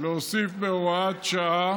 להוסיף בהוראת שעה